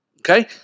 okay